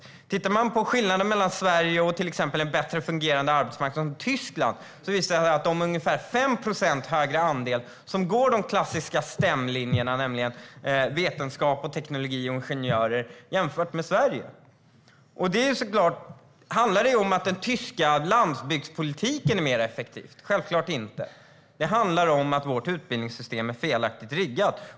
Om vi tittar på skillnaden mellan Sverige och en bättre fungerande arbetsmarknad som i till exempel Tyskland visar det sig att de har ungefär 5 procent högre andel som går de klassiska linjerna, nämligen vetenskap och teknologi. Handlar det om att den tyska landsbygdspolitiken är mer effektiv? Självklart inte. Det handlar om att vårt utbildningssystem är felaktigt riggat.